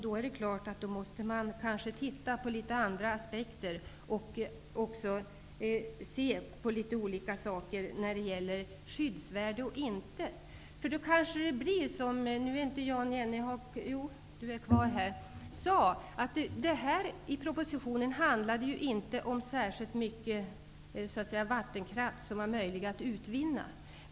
Då måste vi kanske titta på litet andra aspekter och även se på olika saker när det gäller skyddsvärde eller inte. Jan Jennehag sade att det i propositionen inte handlar särskilt mycket om vattenkraft som är möjlig att utvinna.